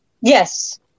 yes